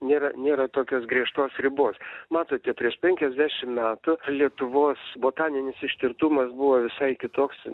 nėra nėra tokios griežtos ribos matote prieš penkiasdešimt metų lietuvos botaninis ištirtumas buvo visai kitoks